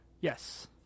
Yes